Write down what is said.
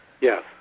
Yes